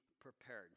prepared